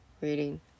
reading